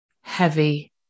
heavy